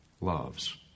loves